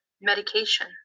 medication